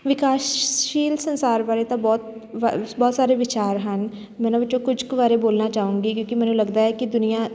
ਵਿਕਾਸਸ਼ੀਲ ਸੰਸਾਰ ਬਾਰੇ ਤਾਂ ਬਹੁਤ ਬ ਬਹੁਤ ਸਾਰੇ ਵਿਚਾਰ ਹਨ ਮੈਂ ਉਹਨਾਂ ਵਿੱਚੋਂ ਕੁਝ ਕੁ ਬਾਰੇ ਬੋਲਣਾ ਚਾਹੂੰਗੀ ਕਿਉਂਕਿ ਮੈਨੂੰ ਲੱਗਦਾ ਹੈ ਕਿ ਦੁਨੀਆ